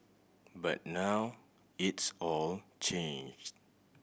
but now it's all changed